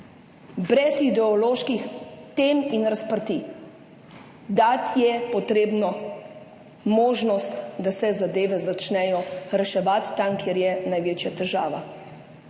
brez ideoloških tem in razprtij, dati je potrebno možnost, da se zadeve začnejo reševati tam, kjer je največja težava.